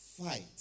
fight